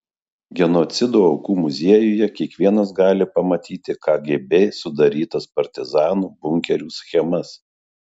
genocido aukų muziejuje kiekvienas gali pamatyti kgb sudarytas partizanų bunkerių schemas